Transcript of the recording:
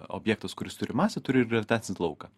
objektas kuris turi masę turi ir gravitacinį lauką